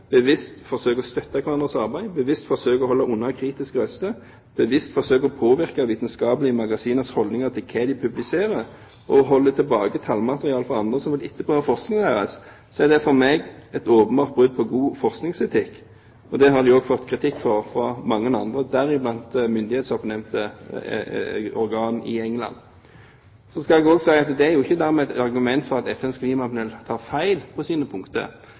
bevisst forsøker å støtte hverandres arbeid, bevisst forsøker å holde unna kritiske røster, bevisst forsøker å påvirke vitenskapelige magasiners holdninger til hva de publiserer og holder tilbake tallmateriale fra andre som vil etterprøve forskningen deres, er det for meg et åpenbart brudd på god forskningsetikk. Det har de også fått kritikk for fra mange andre, deriblant myndighetsoppnevnte organer i England. Så skal jeg også si at det er jo ikke dermed et argument for at FNs klimapanel tar feil på sine punkter,